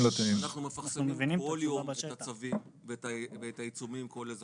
אנחנו מפרסמים כל יום את הצווים ואת העיצומים כל איזה